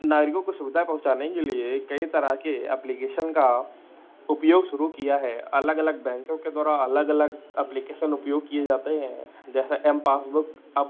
नागरिकों को सुविधा पहुँचाने के लिए कई तरह के एप्लीकेशन का उपयोग सुरू किया है अलग बैंकों के द्वारा अलग अलग एप्लीकेशन उपयोग किए जाते हैं जैसा एम पासबुक अप